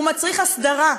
הוא מצריך הסדרה.